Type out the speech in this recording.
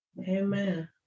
Amen